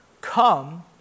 Come